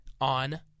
on